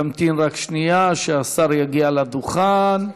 תמתין רק שנייה שהשר יגיע לדוכן.